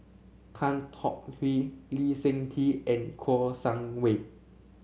Tan Tong Hye Lee Seng Tee and Kouo Shang Wei